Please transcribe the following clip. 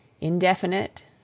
indefinite